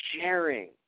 sharing